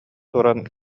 туран